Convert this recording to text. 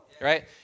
right